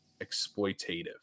exploitative